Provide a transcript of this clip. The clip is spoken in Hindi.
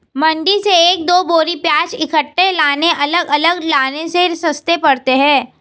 मंडी से एक दो बोरी प्याज इकट्ठे लाने अलग अलग लाने से सस्ते पड़ते हैं